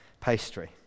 pastry